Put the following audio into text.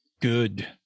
good